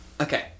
Okay